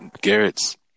Garrett's